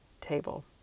table